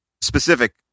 specific